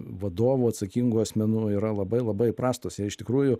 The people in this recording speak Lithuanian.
vadovų atsakingų asmenų yra labai labai prastos jie iš tikrųjų